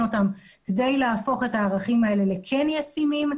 אותם כדי להפוך את הערכים האלה לישימים.